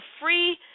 free